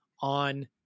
on